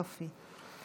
יופי.